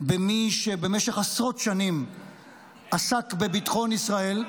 במי שבמשך עשרות שנים עסק בביטחון ישראל.